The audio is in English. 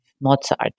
Mozart